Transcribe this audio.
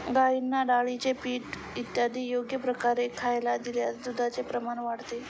गाईंना डाळीचे पीठ इत्यादी योग्य प्रकारे खायला दिल्यास दुधाचे प्रमाण वाढते